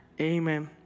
Amen